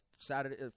Saturday